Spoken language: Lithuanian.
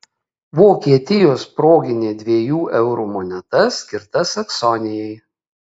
vokietijos proginė dviejų eurų moneta skirta saksonijai